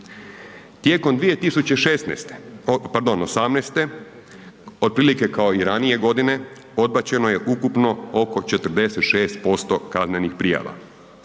pardon '18.-te otprilike kao i ranije godine odbačeno je ukupno oko 46% kaznenih prijava.